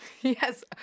Yes